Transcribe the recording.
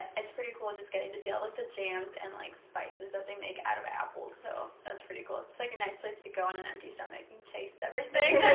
it's pretty cool just getting to see all of like the jams and like spices that they make out of apples, though. that's pretty cool. it's like a nice place to go on an empty stomach and taste everything.